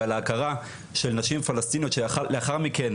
ועל ההכרה של נשים פלסטיניות שלאחר מכן